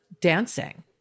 dancing